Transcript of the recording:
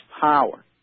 power